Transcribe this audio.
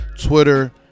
Twitter